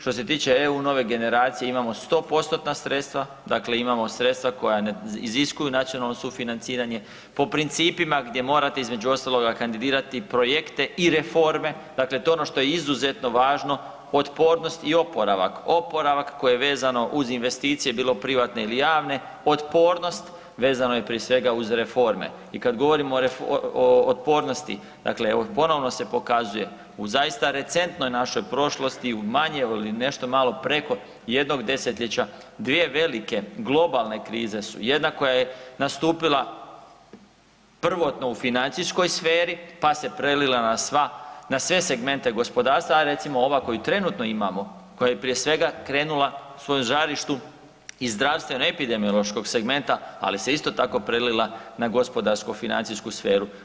Što se tiče „EU Nove generacije“ imamo 100%-tna sredstva, dakle imamo sredstva koja ne iziskuje nacionalno sufinanciranje po principima gdje morate između ostaloga kandidirati projekte i reforme, dakle to je ono što je izuzetno važno, otpornost i oporavak, oporavak koji je vezano uz investicije, bilo privatne ili javne, otpornost vezano je prije svega uz reforme ikad govorimo o otpornosti, dakle ponovno se pokazuje u zaista recentnoj našoj prošlosti, u manje ili nešto malo preko jednog desetljeća, dvije velike globalne krize su, jedna koja je nastupila prvotno u financijskoj sferi pa se prelila na sve segmente gospodarstva a recimo ova koju trenutno imamo, koja je prije svega krenula svojem žarištu iz zdravstveno epidemiološkog segmenta ali se isto tako prelila na gospodarsko-financijsku sferu.